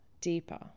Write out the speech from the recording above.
deeper